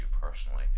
personally